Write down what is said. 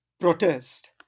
protest